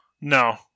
No